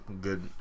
Good